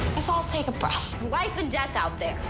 let's all take a breath. it's life and death out there.